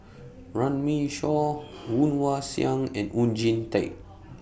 Runme Shaw Woon Wah Siang and Oon Jin Teik